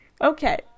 Okay